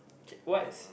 okay what's